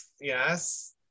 Yes